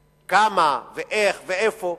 כמה, איך ואיפה,